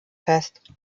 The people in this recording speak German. fest